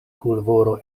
pulvoro